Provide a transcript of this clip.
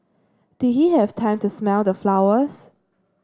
did he have time to smell the flowers